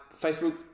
Facebook